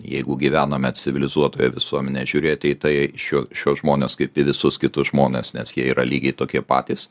jeigu gyvename civilizuotoje visuomenėje žiūrėti į tai šiuo šiuos žmones kaip į visus kitus žmones nes jie yra lygiai tokie patys